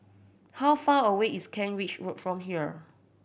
how far away is Kent Ridge Road from here